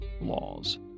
laws